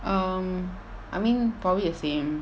um I mean probably the same